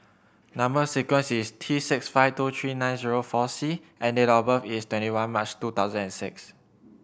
number sequence is T six five two three nine zero four C and date of birth is twenty one March two thousand and six